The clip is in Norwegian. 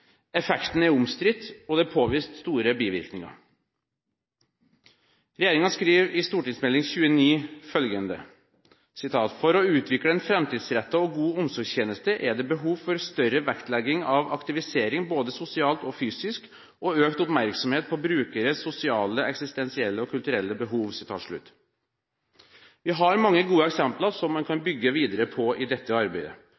Effekten er omstridt, og det er påvist store bivirkninger. Regjeringen skriver i Meld. St. nr. 29 for 2012–2013 følgende: «For å utvikle en framtidsrettet og god omsorgstjeneste er det behov for større vektlegging av aktivisering både sosialt og fysisk og økt oppmerksomhet på brukeres sosiale, eksistensielle og kulturelle behov.» Vi har mange gode eksempler som man kan